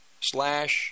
slash